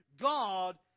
God